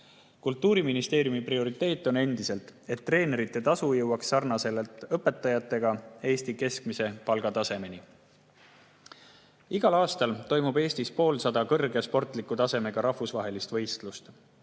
Kultuuriministeeriumi prioriteet on endiselt [püüelda selle poole], et treenerite tasu jõuaks sarnaselt õpetajate palgaga Eesti keskmise palgani. Igal aastal toimub Eestis poolsada kõrge sportliku tasemega rahvusvahelist võistlust.